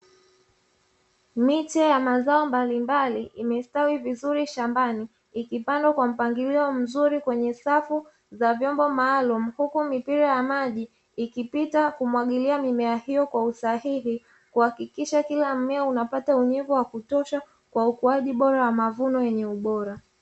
Miche ya mazao mbalimbali imeatawi vizuri shambani ikipandwa kwa mpangilio mzuri kwenye safu za vyombo maalumu, huku mipira ya maji ikipita kumwagilia mimea hiyo kwa usahihi, kuhakikisha kila mmea unapata unyevu wa kutosha kwa ukuaji bora wa mavuno yenye ubora